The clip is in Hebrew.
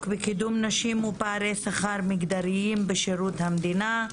בקידום נשים ופערי שכר מגדריים בשירות המדינה,